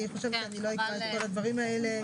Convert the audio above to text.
אני רק אגיד לך שיש בתי חולים אחרים שמנגד עשו